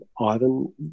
Ivan